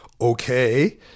okay